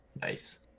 nice